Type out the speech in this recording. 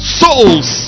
souls